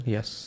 Yes